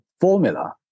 formula